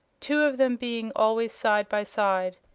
two of them being always side by side.